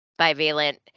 bivalent